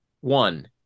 one